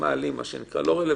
לא רלוונטית.